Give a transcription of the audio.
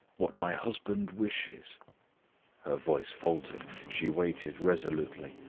what my husband wishes her voice faltered she waited resolutely,